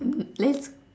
let's